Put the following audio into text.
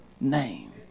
name